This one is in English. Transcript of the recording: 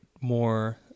more